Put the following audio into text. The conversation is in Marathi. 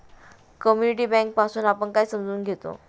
कम्युनिटी बँक पासुन आपण काय समजून घेतो?